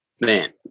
Man